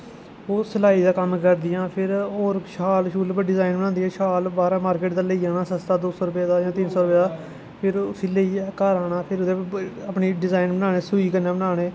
ओह् सलाई दा कम्म करदियां फिर और शाल शूल उप्पर डिजाइन बनादियां शाल बाह्रा मारकिट दा लेई आना सस्ता दो सौ रपे दा यां तिन सौ रपे दा फिर उस्सी लेइयै घर आना फिर ओह्दे उप्पर अपनी डिजाइन बनाने सुई कन्नै बनाने